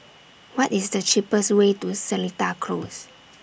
What IS The cheapest Way to Seletar Close